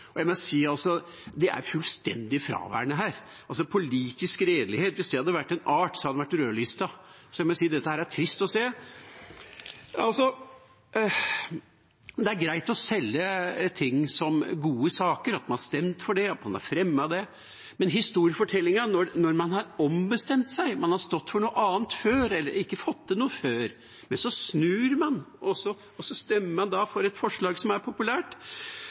og jeg må si at det er fullstendig fraværende her. Hvis politisk redelighet hadde vært en art, hadde den vært rødlistet. Så jeg må si at dette er trist å se. Det er greit å selge ting som gode saker, at man har stemt for det, at man fremmet det. Men når det gjelder historiefortellingen – når man har ombestemt seg, man har stått for noe annet før, eller ikke fått til noe før, men så snur man, og så stemmer man da for et forslag som er populært